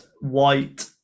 white